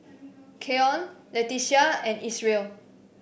Keon Leticia and Isreal